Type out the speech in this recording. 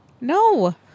No